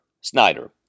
Snyder